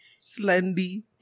Slendy